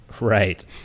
Right